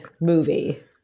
movie